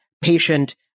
patient